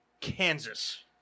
Kansas